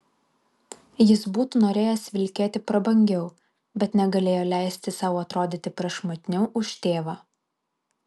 jis būtų norėjęs vilkėti prabangiau bet negalėjo leisti sau atrodyti prašmatniau už tėvą